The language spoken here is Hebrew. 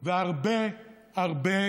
זה שלטון שמי שמחולל אותו הם לא תלמידיו של